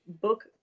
book